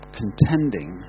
contending